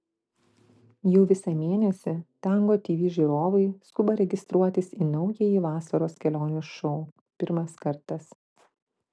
jau visą mėnesį tango tv žiūrovai skuba registruotis į naująjį vasaros kelionių šou pirmas kartas